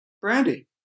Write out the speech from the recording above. Brandy